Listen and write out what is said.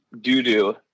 doo-doo